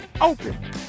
open